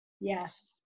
Yes